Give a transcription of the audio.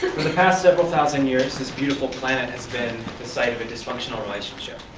the past several thousand years, this beautiful planet has been the site of a dysfunctional relationship.